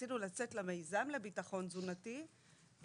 כשרצינו לצאת למיזם לביטחון תזונתי,